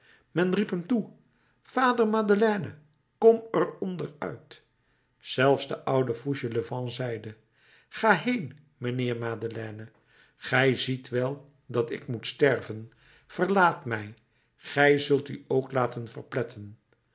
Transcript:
men riep hem toe vader madeleine kom er onder uit zelfs de oude fauchelevent zeide ga heen mijnheer madeleine gij ziet wel dat ik moet sterven verlaat mij gij zult u ook laten verpletten